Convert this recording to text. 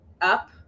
up